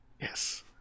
Yes